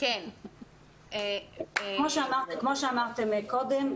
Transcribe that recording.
כמו שאמרתם קודם,